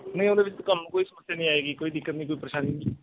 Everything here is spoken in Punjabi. ਨਹੀਂ ਉਹਦੇ ਵਿੱਚ ਤੁਹਾਨੂੰ ਕੋਈ ਸਮੱਸਿਆ ਨਹੀਂ ਆਏਗੀ ਕੋਈ ਦਿੱਕਤ ਨਹੀਂ ਕੋਈ ਪਰੇਸ਼ਾਨੀ ਨਹੀਂ